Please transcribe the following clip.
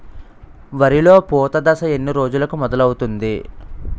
వరిలో పూత దశ ఎన్ని రోజులకు మొదలవుతుంది?